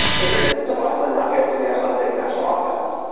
it a census of iceland now kept in the icelandic national archive,